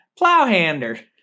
Plowhander